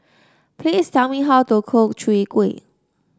please tell me how to cook Chwee Kueh